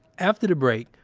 after the break,